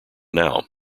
now